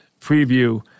preview